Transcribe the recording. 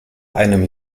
einem